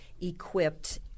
equipped